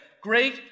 Great